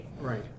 Right